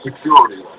Security